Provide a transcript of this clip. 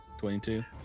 22